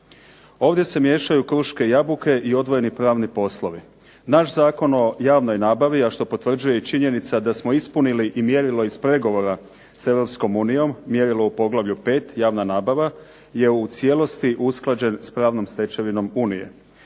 Ovdje se miješaju kruške i jabuke i odvojeni pravni poslovi. Naš Zakon o javnoj nabavi, a što potvrđuje i činjenica da smo ispunili i mjerilo iz pregovora s Europskom unijom, mjerilo u poglavlju 5.-Javna nabava je u cijelosti usklađen s pravnom stečevinom unije.